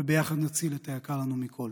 וביחד נציל את היקר לנו מכול.